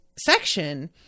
section